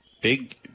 Big